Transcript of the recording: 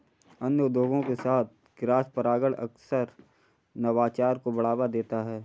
अन्य उद्योगों के साथ क्रॉसपरागण अक्सर नवाचार को बढ़ावा देता है